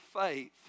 faith